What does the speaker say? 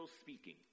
speaking